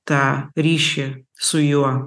tą ryšį su juo